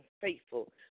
faithful